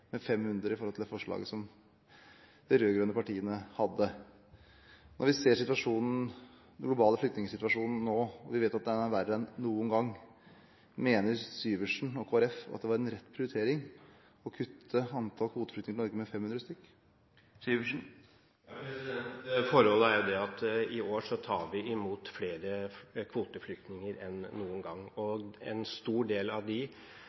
med 500 i forhold til det forslaget som de rød-grønne partiene hadde. Når vi ser den globale flyktningsituasjonen nå og vet at den er verre enn noen gang, mener Syversen og Kristelig Folkeparti at det var en rett prioritering å kutte antall kvoteflyktninger i Norge med 500 stykker? I år tar vi imot flere kvoteflyktninger enn noen gang. En stor del av